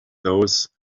those